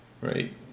right